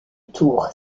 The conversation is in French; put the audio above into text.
tour